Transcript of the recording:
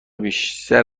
بیشتر